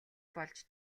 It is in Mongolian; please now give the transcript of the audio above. болж